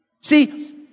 See